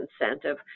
incentive